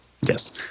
Yes